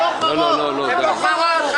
בוחרות.